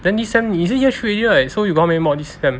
then this sem 你是 three year already right so you got how many mods this sem